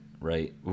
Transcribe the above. Right